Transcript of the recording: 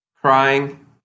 crying